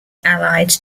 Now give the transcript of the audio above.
allied